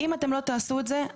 'אם לא תעשו את זה,